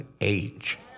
age